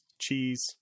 cheese